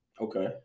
Okay